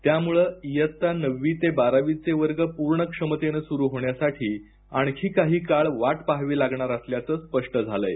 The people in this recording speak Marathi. याम्ळे इयता नववी ते बारावी चे वर्ग पूर्ण क्षमतेने स्रू होण्यासाठी आणखी काही काळ वाट पाहावी लागणार असल्याचे स्पष्ट झालंय